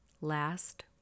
Last